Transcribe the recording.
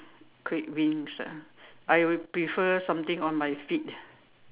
create wings ah I would prefer something on my feet